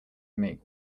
make